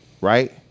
Right